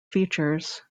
features